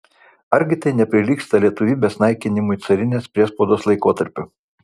argi tai neprilygsta lietuvybės naikinimui carinės priespaudos laikotarpiu